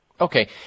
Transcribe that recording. Okay